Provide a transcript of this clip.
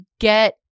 get